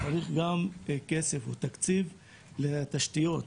צריך גם כסף לתקציב לתשתיות,